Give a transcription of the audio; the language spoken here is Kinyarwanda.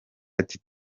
ati